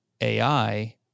AI